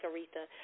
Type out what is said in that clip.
Aretha